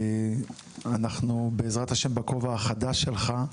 בעזרת השם,